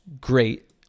great